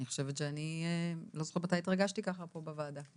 אני חושבת שאני לא זוכרת מתי התרגשתי ככה פה בוועדה.